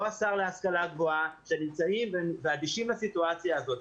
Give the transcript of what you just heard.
לא השר להשכלה גבוהה, שאדישים לסיטואציה הזאת.